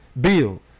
bill